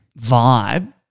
vibe